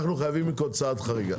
אנחנו חייבים לנקוט בצעד חריג.